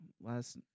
last